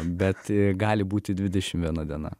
bet gali būti dvidešimt viena diena